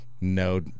no